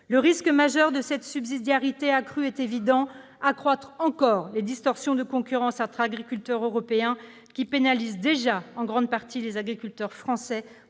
Le risque majeur de cette subsidiarité accrue est évident : creuser encore les distorsions de concurrence entre agriculteurs européens, qui pénalisent déjà en grande partie les agriculteurs français